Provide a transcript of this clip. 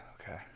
Okay